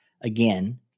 again